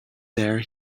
there